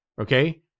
Okay